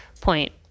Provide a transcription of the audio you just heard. point